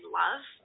love